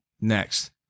next